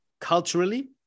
culturally